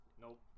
Nope